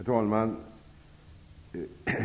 Herr talman!